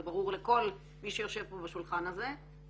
זה ברור לכל מי שיושב פה בשולחן הזה.